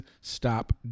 stop